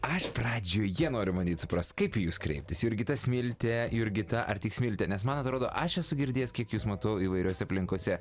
aš pradžioje noriu bandyt suprast kaip į jus kreiptis jurgita smiltė jurgita ar tik smiltė nes man atrodo aš esu girdėjęs kiek jus matau įvairiose aplinkose